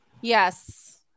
Yes